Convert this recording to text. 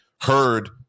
heard